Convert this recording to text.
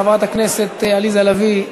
חברת הכנסת עליזה לביא,